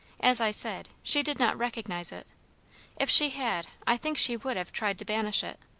as i said, she did not recognise it if she had, i think she would have tried to banish it.